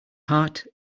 heart